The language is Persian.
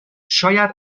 شاید